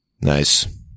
Nice